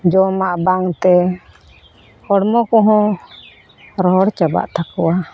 ᱡᱚᱢᱟᱜ ᱵᱟᱝ ᱛᱮ ᱦᱚᱲᱢᱚ ᱠᱚᱦᱚᱸ ᱨᱚᱦᱚᱲ ᱪᱟᱵᱟᱜ ᱛᱟᱠᱚᱣᱟ